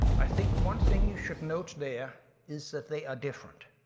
i think one thing you should note there is that they are different,